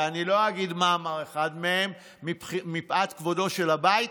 ואני לא אגיד מה אמר אחד מהם מפאת כבודו של הבית